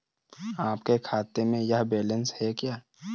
आपके खाते में यह बैलेंस है क्या?